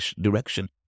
direction